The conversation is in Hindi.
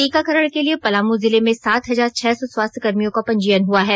टीकाकरण के लिए पलामू जिले में सात हजार छह सौ स्वास्थ्यकर्मियों का पंजीयन हुआ है